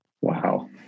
Wow